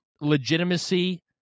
legitimacy